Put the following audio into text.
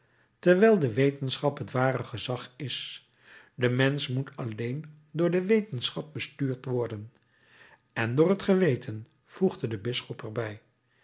terwijl de wetenschap het ware gezag is de mensch moet alleen door de wetenschap bestuurd worden en door het geweten voegde de bisschop er